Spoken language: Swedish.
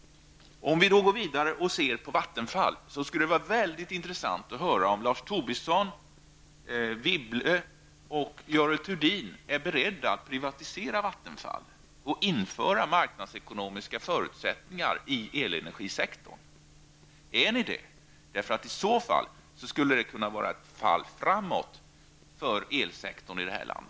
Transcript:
När det sedan gäller frågan om Vattenfall skulle det vara väldigt intressant att höra om Lars Tobisson, Anne Wibble och Görel Thurdin är beredda att privatisera Vattenfall och införa marknadsekonomiska förutsättningar i elenergisektorn. I så fall skulle det vara ett fall framåt för elsektorn i vårt land.